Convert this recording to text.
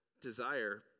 desire